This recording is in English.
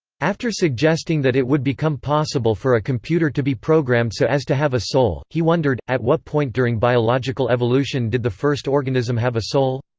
after suggesting that it would become possible for a computer to be programmed so as to have a soul, he wondered at what point during biological evolution did the first organism have a soul?